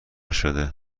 شده